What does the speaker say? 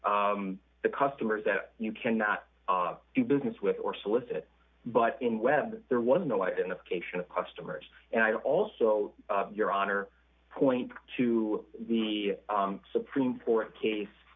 identify the customers that you cannot do business with or solicit but in web there was no identification of customers and also your honor points to the supreme court case